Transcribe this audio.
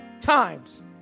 times